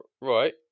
Right